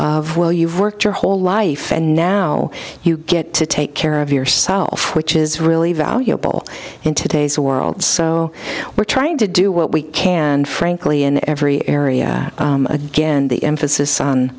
of well you've worked your whole life and now you get to take care of yourself which is really valuable in today's world so we're trying to do what we can frankly in every area again the emphasis on